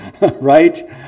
right